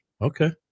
Okay